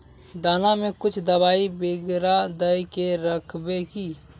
दाना में कुछ दबाई बेगरा दय के राखबे की?